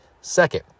Second